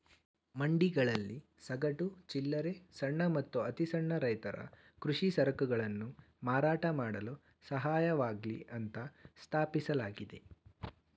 ಮಂಡಿಗಳಲ್ಲಿ ಸಗಟು, ಚಿಲ್ಲರೆ ಸಣ್ಣ ಮತ್ತು ಅತಿಸಣ್ಣ ರೈತರ ಕೃಷಿ ಸರಕುಗಳನ್ನು ಮಾರಾಟ ಮಾಡಲು ಸಹಾಯವಾಗ್ಲಿ ಅಂತ ಸ್ಥಾಪಿಸಲಾಗಿದೆ